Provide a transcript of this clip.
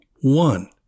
One